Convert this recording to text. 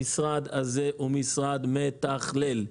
המשרד הזה הוא משרד מתכלל.